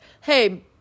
hey